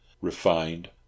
refined